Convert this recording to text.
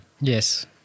Yes